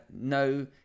no